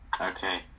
Okay